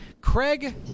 Craig